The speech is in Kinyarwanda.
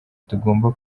tugomba